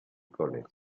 college